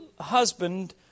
husband